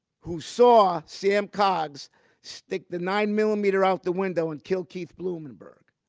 who saw sam coggs stick the nine millimeter out the window and kill keith blumenberg.